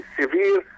severe